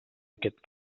aquest